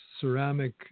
ceramic